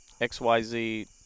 XYZ